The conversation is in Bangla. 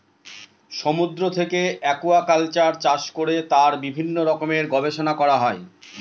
সমুদ্র থেকে একুয়াকালচার চাষ করে তার বিভিন্ন রকমের গবেষণা করা হয়